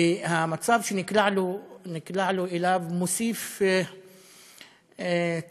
המצב שנקלענו אליו מוסיף צער,